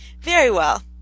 very well.